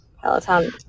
Peloton